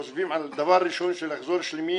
חושבים דבר ראשון על זה שנחזור שלמים,